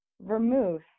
vermouth